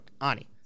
Ani